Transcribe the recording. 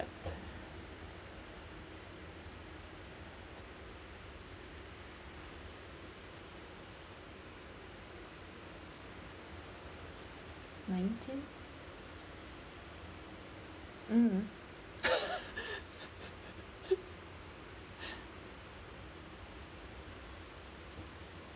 nineteen mm